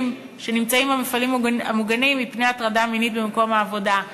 שנמצאים במפעלים המוגנים מפני הטרדה מינית במקום העבודה.